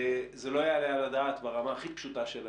זה לא יעלה על הדעת ברמה הכי פשוטה של העניין.